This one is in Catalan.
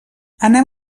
anem